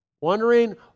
Wondering